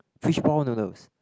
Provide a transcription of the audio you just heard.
fishball noodles